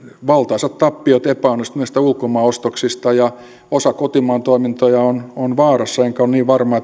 valtaisat tappiot epäonnistuneista ulkomaan ostoksista ja osa kotimaan toimintoja on on vaarassa enkä ole niin varma